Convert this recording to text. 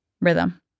rhythm